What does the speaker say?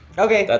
okay,